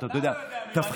רק שנייה, תן לו.